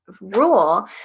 rule